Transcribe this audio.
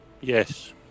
Yes